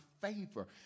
favor